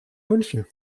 münchen